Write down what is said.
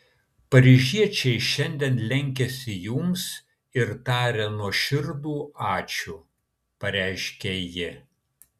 paryžiečiai šiandien lenkiasi jums ir taria nuoširdų ačiū pareiškė ji